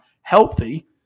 healthy